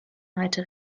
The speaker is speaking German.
heute